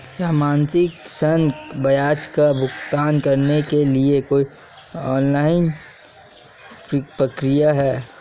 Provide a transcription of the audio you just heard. क्या मासिक ऋण ब्याज का भुगतान करने के लिए कोई ऑनलाइन प्रक्रिया है?